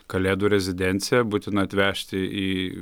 kalėdų rezidenciją būtina atvežti į